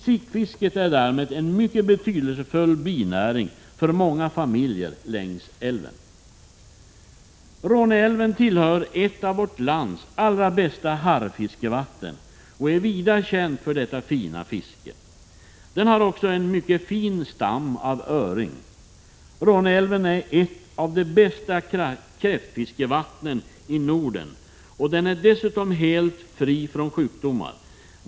Sikfiske är därmed en mycket betydelsefull binäring för många familjer längs älven. Råneälven är ett av vårt lands allra bästa harrfiskevatten och är vida känd för detta fina fiske. Den har också en mycket fin stam av öring. Råneälven är ett av de bästa kräftfiskevattnen i Norden, och kräftan i älven är dessutom helt fri från sjukdomar.